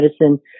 medicine